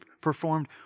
performed